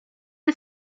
all